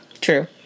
true